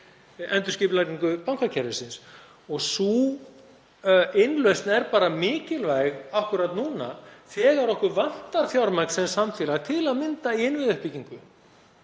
endurskipulagningu bankakerfisins. Sú innlausn er bara mikilvæg akkúrat núna þegar okkur vantar fjármagn sem samfélag, til að mynda í innviðauppbyggingu.